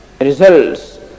results